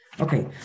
okay